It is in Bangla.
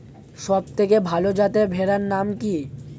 সবথেকে ভালো যাতে ভেড়ার নাম কি?